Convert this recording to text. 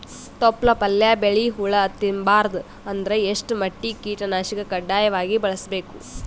ತೊಪ್ಲ ಪಲ್ಯ ಬೆಳಿ ಹುಳ ತಿಂಬಾರದ ಅಂದ್ರ ಎಷ್ಟ ಮಟ್ಟಿಗ ಕೀಟನಾಶಕ ಕಡ್ಡಾಯವಾಗಿ ಬಳಸಬೇಕು?